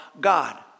God